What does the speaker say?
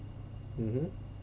mmhmm